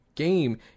game